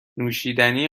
نوشیدنی